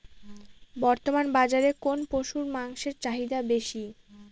বর্তমান বাজারে কোন পশুর মাংসের চাহিদা বেশি?